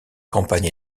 campagne